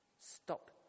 Stop